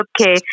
Okay